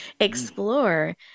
explore